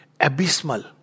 Abysmal